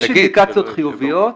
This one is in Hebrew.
יש אינדיקציות חיוביות,